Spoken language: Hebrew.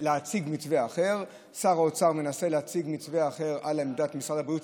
מתווה אחר ושר האוצר מנסה להציג מתווה אחר על עמדת משרד הבריאות,